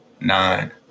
nine